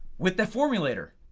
with the formulator,